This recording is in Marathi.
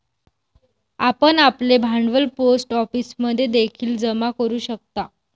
आपण आपले भांडवल पोस्ट ऑफिसमध्ये देखील जमा करू शकता